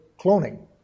cloning